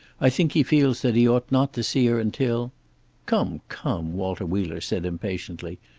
i think he feels that he ought not to see her until come, come, walter wheeler said impatiently.